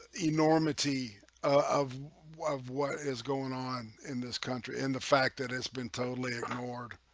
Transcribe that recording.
enormity of what of what is going on in this country and the fact that it's been totally ignored